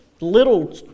little